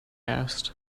asked